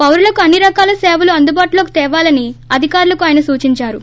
పౌరులకు అన్ని రకాల సేవలు అందుబాటులోకి తేవాలని అధికారులకు ఆయన సూచించారు